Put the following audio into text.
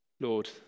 Lord